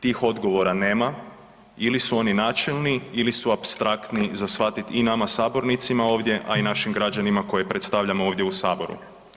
Tih odgovora nema ili su oni načelni ili su apstraktni za shvatit i nama sabornicima ovdje, a i našim građanima koje predstavljamo ovdje u saboru.